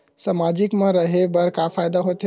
सामाजिक मा रहे बार का फ़ायदा होथे?